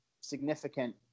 significant